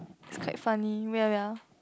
it's quite funny wait ah wait ah